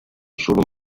solo